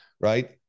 right